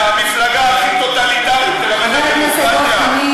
המפלגה הכי טוטליטרית תלמד על דמוקרטיה?